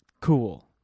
cool